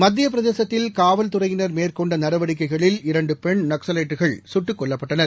மத்திய பிரதேசத்தில் காவல்துறையினா் மேற்கொண்ட நடவடிக்கைகளில் இரண்டு பெண் நக்ஸவைட்டுகள் கட்டுக் கொல்லப்பட்டனர்